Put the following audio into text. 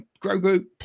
Grogu